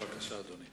בבקשה, אדוני.